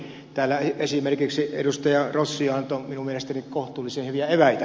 täällä esimerkiksi edustaja rossi antoi minun mielestäni kohtuullisen hyviä eväitä